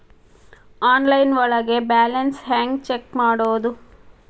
Online ಒಳಗೆ balance ಹ್ಯಾಂಗ check ಮಾಡೋದು?